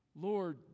Lord